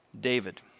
David